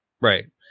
right